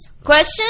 Question